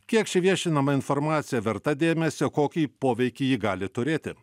kiek ši viešinama informacija verta dėmesio kokį poveikį ji gali turėti